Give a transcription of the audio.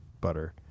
butter